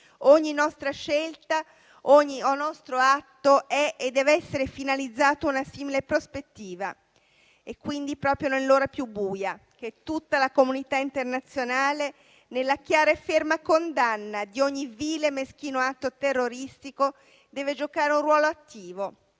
Ogni nostra scelta, ogni nostro atto è e deve essere finalizzato a una simile prospettiva. È quindi proprio nell'ora più buia che tutta la comunità internazionale, nella chiara e ferma condanna di ogni vile e meschino atto terroristico, deve giocare un ruolo attivo.